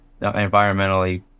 environmentally